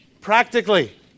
Practically